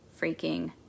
freaking